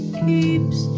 keeps